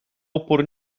upór